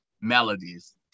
melodies